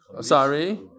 Sorry